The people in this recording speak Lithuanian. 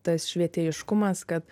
tas švietėjiškumas kad